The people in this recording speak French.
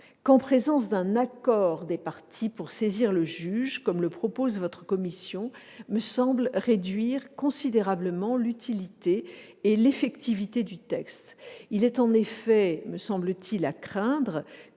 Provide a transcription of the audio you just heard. qu'en présence d'un accord des parties pour saisir le juge, comme le propose votre commission, me semble réduire considérablement l'utilité et l'effectivité du texte. Il est en effet à craindre